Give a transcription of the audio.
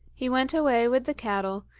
he went away with the cattle,